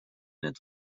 need